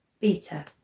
Beta